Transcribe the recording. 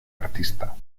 artista